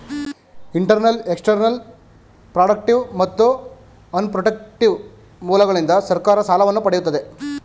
internal, external, productive ಮತ್ತು unprotective ಮೂಲಗಳಿಂದ ಸರ್ಕಾರ ಸಾಲವನ್ನು ಪಡೆಯುತ್ತದೆ